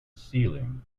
ceiling